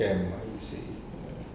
camp I would say ya